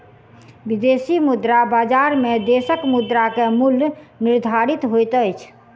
विदेशी मुद्रा बजार में देशक मुद्रा के मूल्य निर्धारित होइत अछि